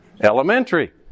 Elementary